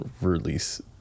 release